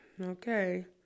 Okay